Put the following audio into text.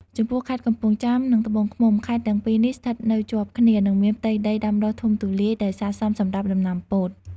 ចំពោះខេត្តកំពង់ចាម និងត្បូងឃ្មុំ ខេត្តទាំងពីរនេះស្ថិតនៅជាប់គ្នា និងមានផ្ទៃដីដាំដុះធំទូលាយដែលស័ក្តិសមសម្រាប់ដំណាំពោត។